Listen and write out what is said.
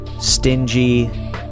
stingy